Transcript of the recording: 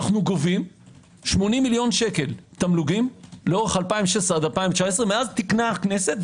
אנחנו גובים 80 מיליון שקל תמלוגים לאורך 2016 עד 2019 מאז תיקנה הכנסת,